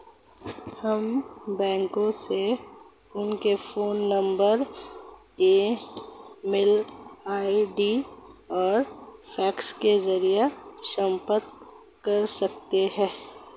हम बैंकों से उनके phone number email ID और फैक्स के जरिए संपर्क कर सकते हैं